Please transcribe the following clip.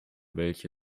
welche